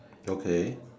okay